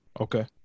Okay